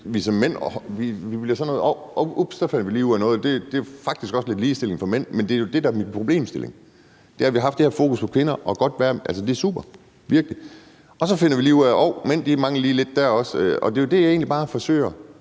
at det bliver sådan noget: Ups, der fandt vi lige ud af noget; det er faktisk også lidt ligestilling for mænd. Det er jo det, der er min problemstilling. Det er, at vi har haft det her fokus på kvinder – og altså, det er super, virkelig – og så finder vi lige ud af, at hov, mænd mangler lige lidt der også, og det er jo det, jeg egentlig bare forsøger